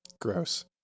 Gross